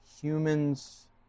humans